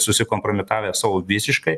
susikompromitavę savo visiškai